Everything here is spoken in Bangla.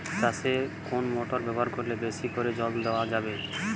চাষে কোন মোটর ব্যবহার করলে বেশী করে জল দেওয়া যাবে?